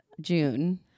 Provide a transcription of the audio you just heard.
June